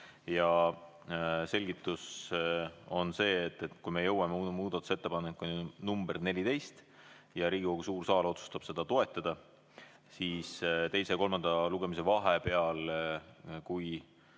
Ja selgitus on see, et kui me jõuame muudatusettepanekuni nr 14 ja Riigikogu suur saal otsustab seda toetada, siis teise ja kolmanda lugemise vahepeal, kui